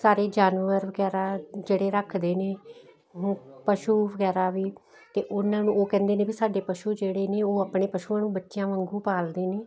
ਸਾਰੇ ਜਾਨਵਰ ਵਗੈਰਾ ਜਿਹੜੇ ਰੱਖਦੇ ਨੇ ਉਹ ਪਸ਼ੂ ਵਗੈਰਾ ਵੀ ਤੇ ਉਹਨਾਂ ਨੂੰ ਉਹ ਕਹਿੰਦੇ ਨੇ ਵੀ ਸਾਡੇ ਪਸ਼ੂ ਜਿਹੜੇ ਨੇ ਉਹ ਆਪਣੇ ਪਸ਼ੂਆਂ ਨੂੰ ਬੱਚਿਆਂ ਵਾਂਗੂੰ ਪਾਲਦੇ ਨੇ